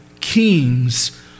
kings